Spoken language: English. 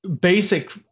basic